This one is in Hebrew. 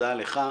תודה לך.